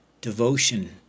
devotion